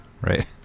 Right